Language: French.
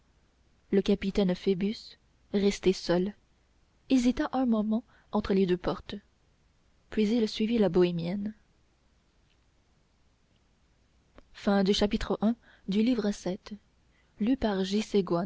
le capitaine phoebus resté seul hésita un moment entre les deux portes puis il suivit la bohémienne